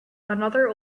another